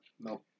No